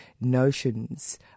notions